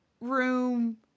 room